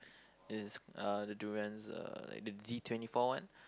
it's uh the durians uh the D twenty four one